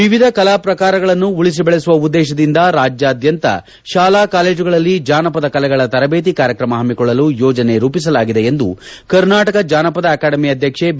ವಿವಿಧ ಕಲಾ ಪ್ರಕಾರಗಳನ್ನು ಉಳಿಸಿ ಬೆಳೆಸುವ ಉದ್ದೇಶದಿಂದ ರಾಜ್ಯಾದ್ಯಂತ ಶಾಲಾ ಕಾಲೇಜುಗಳಲ್ಲಿ ಜಾನಪದ ಕಲೆಗಳ ತರಬೇತಿ ಕಾರ್ಯಕ್ರಮ ಪಮ್ಮಿಕೊಳ್ಳಲು ಯೋಜನೆ ರೂಪಿಸಲಾಗಿದೆ ಎಂದು ಕರ್ನಾಟಕ ಜಾನಪದ ಅಕಾಡೆಮಿ ಅಧ್ಯಕ್ಷೆ ಬಿ